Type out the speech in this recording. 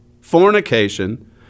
fornication